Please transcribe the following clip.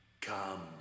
come